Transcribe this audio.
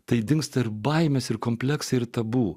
tai dingsta ir baimes ir kompleksą ir tabu